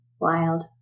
Wild